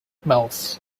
mouse